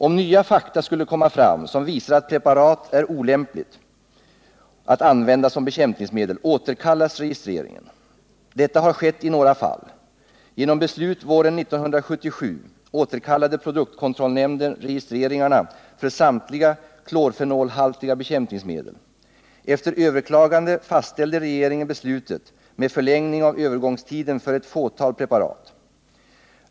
Om nya fakta skulle komma fram som visar att preparat är olämpligt att använda som bekämpningsmedel, återkallas registreringen. Detta har skett i några fall. Genom beslut våren 1977 återkallade produktkontrollnämnden registreringarna för samtliga klorfenolhaltiga bekämpningsmedel. Efter överklagande fastställde regeringen beslutet med förlängning av övergångs tiden för ett fåtal preparat.